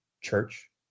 church